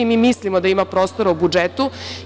Mi mislimo da ima prostora u budžetu.